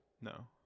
No